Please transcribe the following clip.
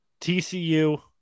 TCU